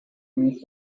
reached